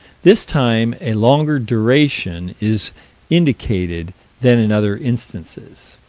this time a longer duration is indicated than in other instances.